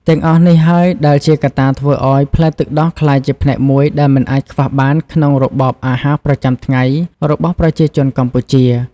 ទាំងអស់នេះហើយដែលជាកត្តាធ្វើឲ្យផ្លែទឹកដោះក្លាយជាផ្នែកមួយដែលមិនអាចខ្វះបានក្នុងរបបអាហារប្រចាំថ្ងៃរបស់ប្រជាជនកម្ពុជា។